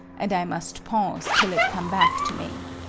and i must pause till it come back to me.